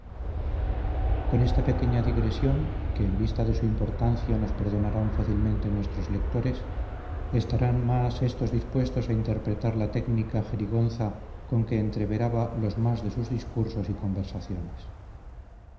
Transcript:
con esta pequeña digresión que en vista de su importancia nos perdonarán fácilmente nuestros lectores estarán más éstos dispuestos a interpretar la técnica jerigonza con que entreveraba los más de sus discursos y conversaciones